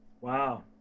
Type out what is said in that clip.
Wow